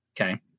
okay